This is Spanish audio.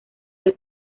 del